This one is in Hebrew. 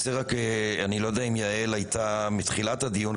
אני לא יודע אם יעל הייתה מתחילת הדיון,